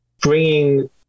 bringing